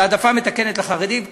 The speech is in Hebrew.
על העדפה מתקנת לחרדים.